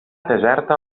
deserta